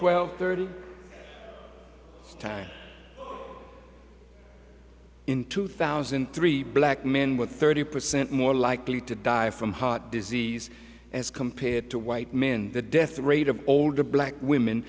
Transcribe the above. time time in two thousand and three black man with thirty percent more likely to die from heart disease as compared to white men the death rate of older black women